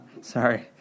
Sorry